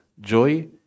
joy